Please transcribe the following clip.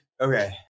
okay